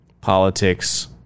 politics